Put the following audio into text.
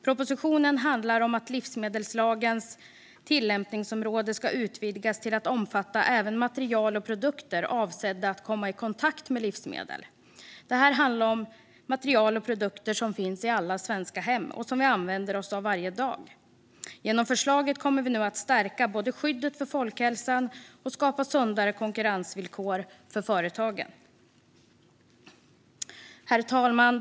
Propositionen handlar om att livsmedelslagens tillämpningsområde ska utvidgas till att omfatta även material och produkter avsedda att komma i kontakt med livsmedel. Det handlar om material och produkter som finns i alla svenska hem och som vi använder oss av varje dag. Genom förslaget kommer vi både att stärka skyddet för folkhälsan och skapa sundare konkurrensvillkor för företagen. Herr talman!